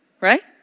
right